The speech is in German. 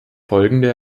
folgende